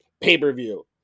pay-per-view